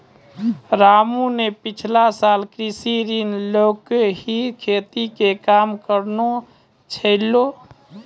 रामू न पिछला साल कृषि ऋण लैकॅ ही खेती के काम करनॅ छेलै